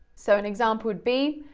so an example would be,